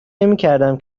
نمیکردم